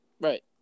Right